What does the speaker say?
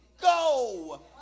go